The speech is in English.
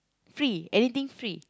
free anything free